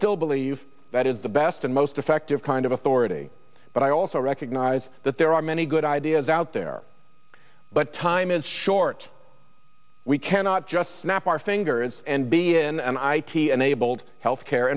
still believe that is the best and most effective kind of authority but i also recognize that there are many good ideas out there but time is short we cannot just snap our fingers and b n and i t enabled health care